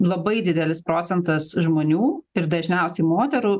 labai didelis procentas žmonių ir dažniausiai moterų